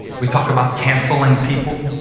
we talk about cancelling people?